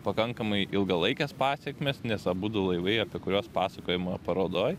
pakankamai ilgalaikes pasekmes nes abudu laivai apie kuriuos pasakojama parodoj